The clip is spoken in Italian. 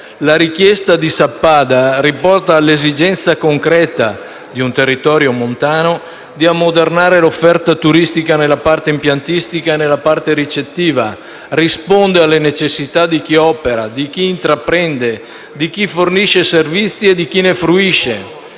La richiesta di Sappada riporta all'esigenza concreta di un territorio montano di ammodernare l'offerta turistica nella parte impiantistica e nella parte ricettiva, e risponde alle necessità di chi opera, di chi intraprende, di chi fornisce servizi e di chi ne fruisce.